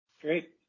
Great